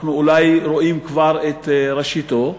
אנחנו אולי רואים כבר את ראשיתו,